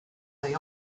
they